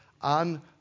on